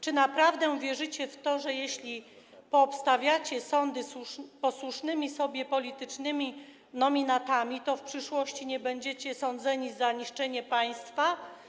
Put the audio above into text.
Czy naprawdę wierzycie w to, że jeśli poobstawiacie sądy posłusznymi sobie politycznymi nominatami, to w przyszłości nie będziecie sądzeni za niszczenie państwa?